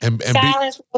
Silence